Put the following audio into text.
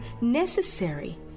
necessary